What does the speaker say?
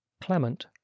Clement